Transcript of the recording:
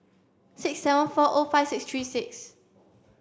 six seven four O five six three six